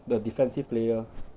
the defensive player